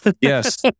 Yes